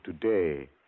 today